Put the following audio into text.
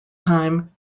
time